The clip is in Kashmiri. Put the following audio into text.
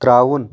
ترٛاوُن